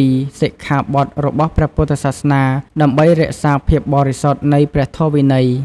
២៧ សិក្ខាបទរបស់ព្រះពុទ្ធសាសនាដើម្បីរក្សាភាពបរិសុទ្ធនៃព្រះធម៌វិន័យ។